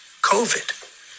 COVID